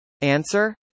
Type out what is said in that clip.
Answer